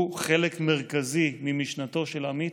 הוא חלק מרכזי ממשנתו של עמית,